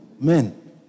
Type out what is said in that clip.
men